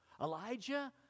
Elijah